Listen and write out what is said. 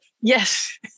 Yes